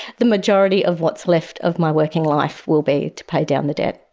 the majority of what's left of my working life will be to pay down the debt.